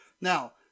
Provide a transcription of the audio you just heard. Now